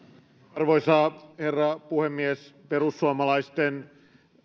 arvoisa herra puhemies perussuomalaisten